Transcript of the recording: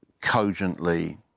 cogently